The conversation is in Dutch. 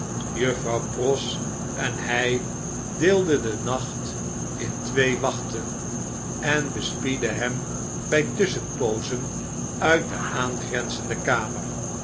juffrouw pross en hy deelden den nacht in twee wachten en bespiedden hem by tusschenpoozen uit de aangrenzende kamer